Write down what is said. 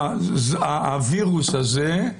הווירוס הזה,